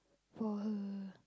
for her